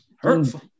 Hurtful